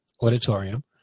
auditorium